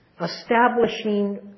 establishing